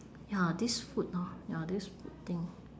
ya this food orh ya this food thing